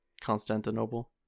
Constantinople